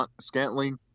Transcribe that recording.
Scantling